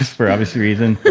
for obvious reasons.